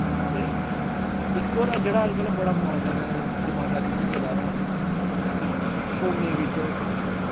ते इक होर जेह्ड़ा अज्जकल बड़ा माडर्न ऐ जमान्ना जि'यां चला दा इक फोनै बिच्च